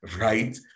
right